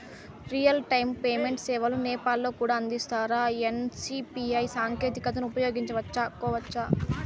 Real time payment సేవలు నేపాల్ లో కూడా అందిస్తారా? ఎన్.సి.పి.ఐ సాంకేతికతను ఉపయోగించుకోవచ్చా కోవచ్చా?